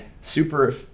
super